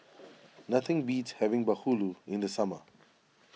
nothing beats having Bahulu in the summer